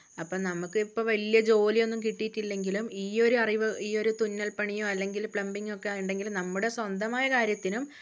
അപ്പം നമുക്കിപ്പം വലിയ ജോലി ഒന്നും കിട്ടിയിട്ടില്ലെങ്കിലും ഈയൊരു അറിവ് ഈ ഒരു തുന്നൽ പണിയോ അല്ലെങ്കിൽ പ്ലംബിംഗ് ഒക്കെ ഉണ്ടെങ്കിൽ നമ്മുടെ സ്വന്തമായ കാര്യത്തിനും